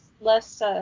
less